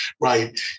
right